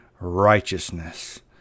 righteousness